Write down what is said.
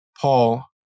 Paul